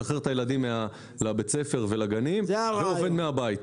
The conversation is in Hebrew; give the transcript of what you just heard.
משחרר את הילדים לבית הספר ולגנים ועובד מהבית.